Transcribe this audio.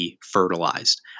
fertilized